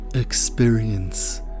Experience